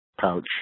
pouch